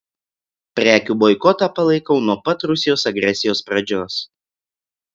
prekių boikotą palaikau nuo pat rusijos agresijos pradžios